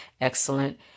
Excellent